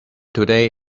today